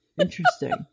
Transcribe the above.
Interesting